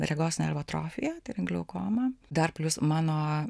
regos nervo atrofija glaukoma dar plius mano